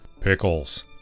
Pickles